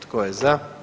Tko je za?